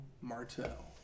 Martell